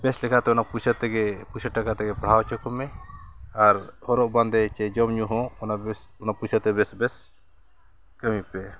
ᱵᱮᱥ ᱞᱮᱠᱟᱛᱮ ᱚᱱᱟ ᱯᱚᱭᱥᱟᱹ ᱛᱮᱜᱮ ᱯᱚᱭᱥᱟ ᱴᱟᱠᱟ ᱛᱮᱜᱮ ᱯᱟᱲᱦᱟᱣ ᱦᱚᱪᱚ ᱠᱚᱢᱮ ᱟᱨ ᱦᱚᱨᱚᱜ ᱵᱟᱸᱫᱮ ᱪᱮᱫ ᱡᱚᱢ ᱧᱩ ᱦᱚᱸ ᱚᱱᱟ ᱵᱮᱥ ᱚᱱᱟ ᱯᱚᱭᱥᱟᱛᱮ ᱵᱮᱥ ᱵᱮᱥ ᱠᱟᱹᱢᱤ ᱯᱮ